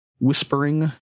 whispering